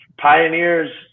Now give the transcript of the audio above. pioneers